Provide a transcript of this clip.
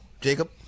Jacob